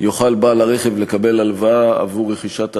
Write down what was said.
יוכל בעל הרכב לקבל הלוואה עבור רכישת הרכב,